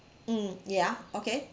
mm yeah okay